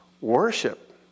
worship